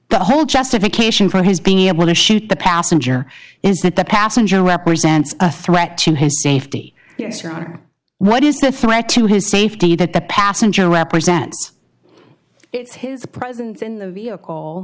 the whole justification for his being able to shoot the passenger is that the passenger represents a threat to his safety yes your honor what is the threat to his safety that the passenger represents it's his presence in the vehicle